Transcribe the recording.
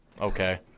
okay